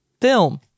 film